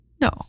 No